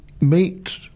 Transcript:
meet